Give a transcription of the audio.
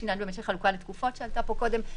יש עניין במשך חלוקה לתקופות שעלה פה קודם,